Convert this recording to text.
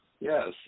Yes